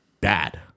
bad